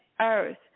earth